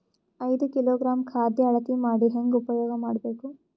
ಐದು ಕಿಲೋಗ್ರಾಂ ಖಾದ್ಯ ಅಳತಿ ಮಾಡಿ ಹೇಂಗ ಉಪಯೋಗ ಮಾಡಬೇಕು?